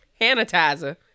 sanitizer